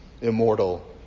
immortal